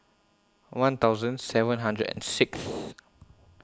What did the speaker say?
one thousand seven hundred and Sixth